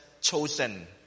chosen